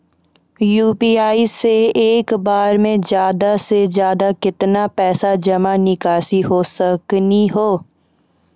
UPI से एक बार मे ज्यादा से ज्यादा केतना पैसा जमा निकासी हो सकनी हो?